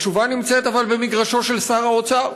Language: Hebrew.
התשובה נמצאת אבל במגרשו של שר האוצר,